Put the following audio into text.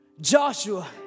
Joshua